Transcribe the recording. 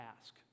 ask